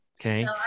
Okay